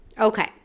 Okay